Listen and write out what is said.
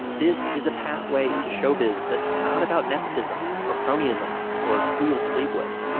this is a pathway into showbiz that's not about nepotism or cronyism or who you'll sleep with.